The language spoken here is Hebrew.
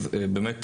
באמת,